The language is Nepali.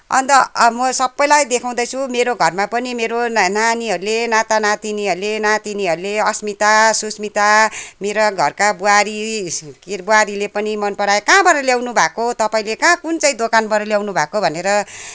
अन्त म सबैलाई देखाउँदैछु मेरो घरमा पनि मेरो नानीहरूले नाता नातिनीहरूले नातिनीहरूले अस्मिता सुस्मिता मेरा घरका बुहारी बुहारीले पनि मनपराए कहाँबाट ल्याउनुभएको तपाईँले कहाँ कुन चाहिँ दोकानबाट ल्याउनुभएको भनेर